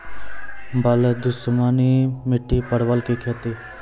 बल दुश्मनी मिट्टी परवल की खेती?